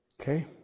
Okay